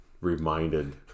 reminded